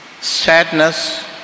sadness